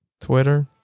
twitter